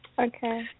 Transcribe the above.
Okay